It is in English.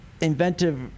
inventive